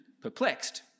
perplexed